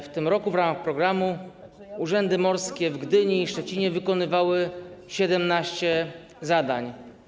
W tym roku w ramach programu urzędy morskie w Gdyni i w Szczecinie wykonywały 17 zadań.